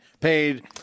paid